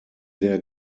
der